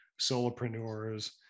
solopreneurs